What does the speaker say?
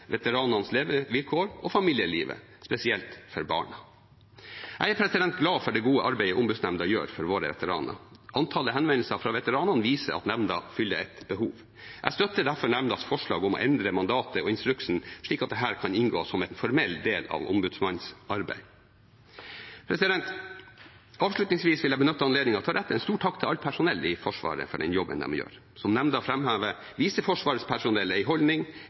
veteranenes levevilkår og familielivet, spesielt for barna. Jeg er glad for det gode arbeidet Ombudsmannsnemnda gjør for våre veteraner. Antallet henvendelser fra veteranene viser at nemnda fyller et behov. Jeg støtter derfor nemndas forslag om å endre mandatet og instruksen, slik at dette kan inngå som en formell del av ombudsmannens arbeid. Avslutningsvis vil jeg benytte anledningen til å rette en stor takk til alt personell i Forsvaret for den jobben de gjør. Som nemnda framhever, viser Forsvarets personell en holdning,